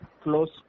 close